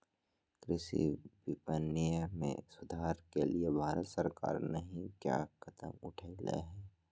कृषि विपणन में सुधार के लिए भारत सरकार नहीं क्या कदम उठैले हैय?